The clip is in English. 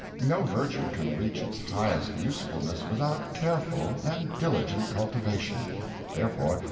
no virtue can reach its highest usefulness without careful and diligent cultivation therefore,